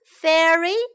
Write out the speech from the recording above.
Fairy